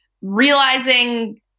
realizing